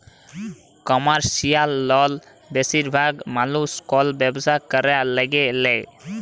commercial লল বেশিরভাগ মালুস কল ব্যবসা ক্যরার ল্যাগে লেই